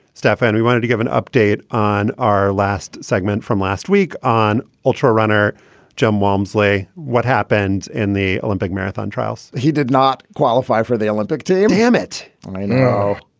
stefan, we wanted to give an update on our last segment from last week on ultra runner jim walmsley. what happened in the olympic marathon trials? he did not qualify for the olympic team. hammett no.